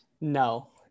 No